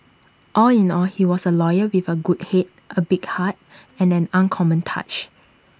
all in all he was A lawyer with A good Head A big heart and an uncommon touch